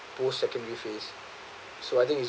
post secondary phase so I think it's